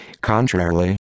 Contrarily